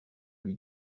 lui